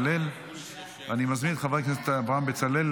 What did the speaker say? של חבר הכנסת אברהם בצלאל.